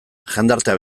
jendartea